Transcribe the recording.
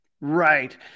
Right